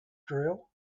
drill